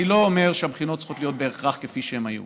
אני לא אומר שהבחינות צריכות להיות בהכרח כפי שהן היו,